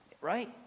Right